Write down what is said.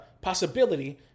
possibility